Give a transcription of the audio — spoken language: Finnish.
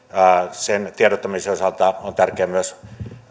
sen tiedottamisen osalta on tärkeää myös